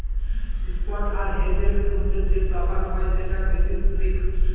spot আর হেজের মধ্যে যে তফাৎ হয় সেটা বেসিস রিস্ক